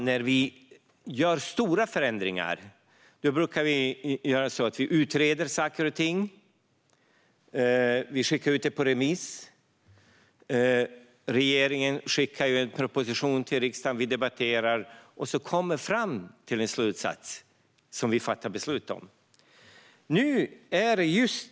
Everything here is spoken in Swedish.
När vi gör stora förändringar brukar vi i Sveriges riksdag utreda saker och ting. Vi skickar ut det på remiss. Regeringen skickar en proposition till riksdagen som vi debatterar. Sedan kommer vi fram till en slutsats som vi fattar beslut om.